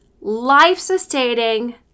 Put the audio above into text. life-sustaining